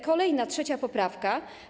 Kolejna, trzecia poprawka.